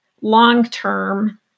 long-term